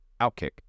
Outkick